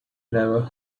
never